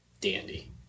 dandy